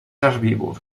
herbívor